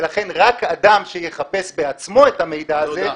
ולכן רק אדם שיחפש בעצמו את המידע הזה,